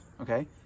okay